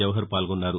జవహర్ పాల్గొన్నారు